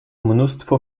mnóstwo